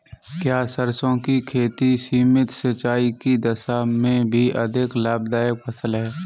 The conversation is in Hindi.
क्या सरसों की खेती सीमित सिंचाई की दशा में भी अधिक लाभदायक फसल है?